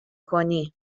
کنی